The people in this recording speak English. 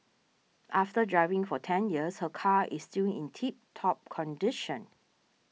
after driving for ten years her car is still in tip top condition